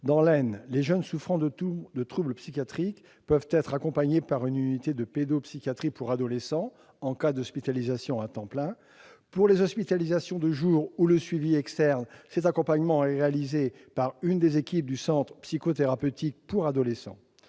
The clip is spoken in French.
Dans l'Aisne, les jeunes souffrant de troubles psychiatriques peuvent être accompagnés par une unité de pédopsychiatrie pour adolescent en cas d'hospitalisation à temps plein. Pour les hospitalisations de jour ou le suivi externe, cet accompagnement est réalisé par une des équipes du centre psychothérapeutique pour adolescents.